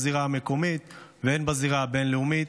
הן בזירה המקומית והן בזירה הבין-לאומית,